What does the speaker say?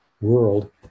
world